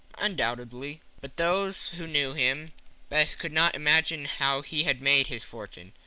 undoubtedly. but those who knew him best could not imagine how he had made his fortune,